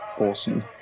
awesome